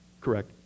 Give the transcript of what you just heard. correct